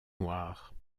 noires